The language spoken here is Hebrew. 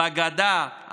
בגדה.